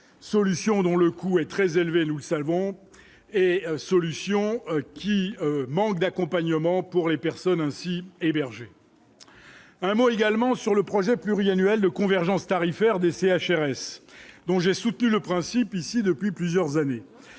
solutions dont le coût est très élevé, lool Salvan et solutions qui manquent d'accompagnement pour les personnes ainsi héberger un mot également sur le projet pluriannuel de convergence tarifaire des CHRS, donc j'ai soutenu le principe ici depuis plusieurs années,